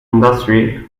industry